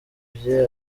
bye